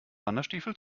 wanderstiefel